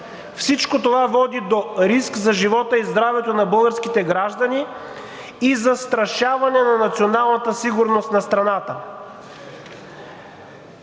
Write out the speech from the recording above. Всичко това води до риск за живота и здравето на българските граждани и застрашаване на националната сигурност на страната.